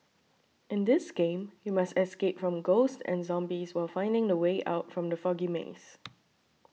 in this game you must escape from ghosts and zombies while finding the way out from the foggy maze